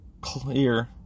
clear